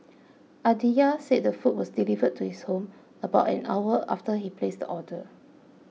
Aditya said the food was delivered to his home about an hour after he placed the order